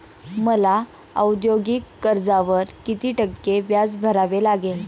मला औद्योगिक कर्जावर किती टक्के व्याज भरावे लागेल?